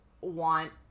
want